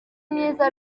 myiza